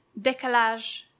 décalage